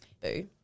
Boo